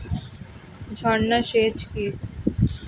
ঝর্না সেচ কি?